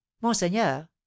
monseigneur